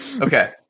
Okay